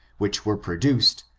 which were produced,